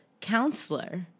counselor